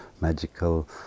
magical